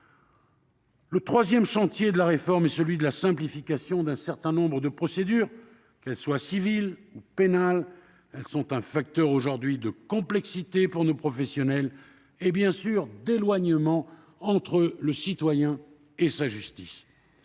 Le troisième chantier de la réforme est la simplification d'un certain nombre de procédures : qu'elles soient civiles ou pénales, elles sont aujourd'hui un facteur de complexité pour nos professionnels et d'éloignement entre le citoyen et la justice.